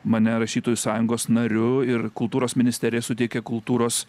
mane rašytojų sąjungos nariu ir kultūros ministerija suteikė kultūros